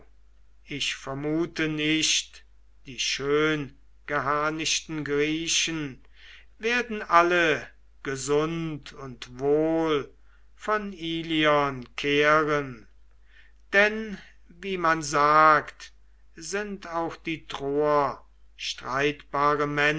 ich vermute nicht die schöngeharnischten griechen werden alle gesund und wohl von ilion kehren denn wie man sagt sind auch die troer streitbare